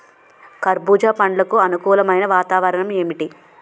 కర్బుజ పండ్లకు అనుకూలమైన వాతావరణం ఏంటి?